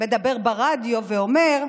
מדבר ברדיו ואומר: